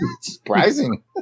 surprising